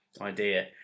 idea